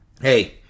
Hey